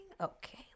Okay